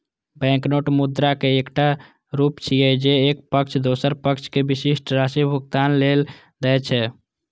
banknote मुद्राक एकटा रूप छियै, जे एक पक्ष दोसर पक्ष कें विशिष्ट राशि भुगतान लेल दै छै